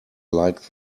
like